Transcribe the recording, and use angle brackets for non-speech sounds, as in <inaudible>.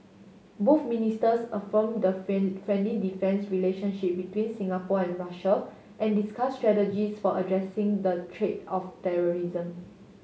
both ministers affirmed the <unintelligible> friendly defence relationship between Singapore and Russia and discuss strategies for addressing the <unintelligible> of terrorism